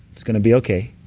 it's going to be okay,